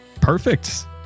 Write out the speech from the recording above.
Perfect